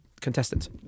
contestants